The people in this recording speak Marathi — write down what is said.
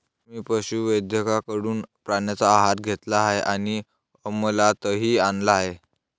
मी पशुवैद्यकाकडून प्राण्यांचा आहार घेतला आहे आणि अमलातही आणला आहे